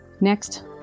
Next